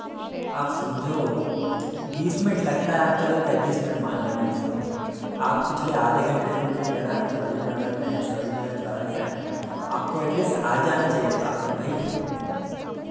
आप समझो बीस मिनट लगता है आप चलो पैंतीस मिनट मान लो मैक्सिमम आप पिछले आधे घंटे से मुझे कह रहे हैं हम सरोजनी नगर पे हैं सरोजनी नगर चौराहे पर हैं आपको एटलीस्ट आ जाना चाहिए था अब तक भाई